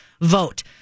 vote